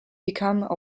become